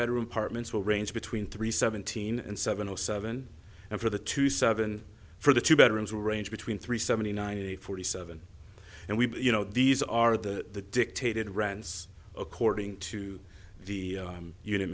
bedroom apartments will range between three seventeen and seven zero seven and for the two seven for the two bedrooms will range between three seventy nine hundred forty seven and we you know these are the dictated rents according to the u